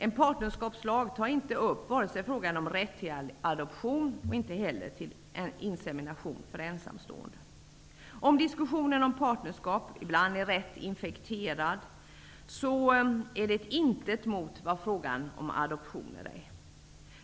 En partnerskapslag tar inte upp vare sig frågan om rätt till adoption eller rätt till insemination för ensamstående. Om diskussionen om partnerskap ibland är rätt infekterad är det ett intet mot vad frågan om adoptioner är.